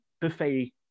buffet